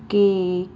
cake